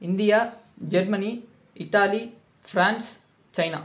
India Germany Italy France China